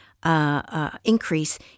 Increase